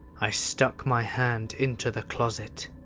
i stuck my hand into the closet.